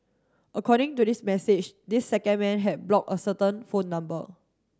according to this message this second man had blocked a certain phone number